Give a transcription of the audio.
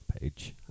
page